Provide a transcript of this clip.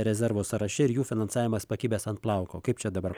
rezervo sąraše ir jų finansavimas pakibęs ant plauko kaip čia dabar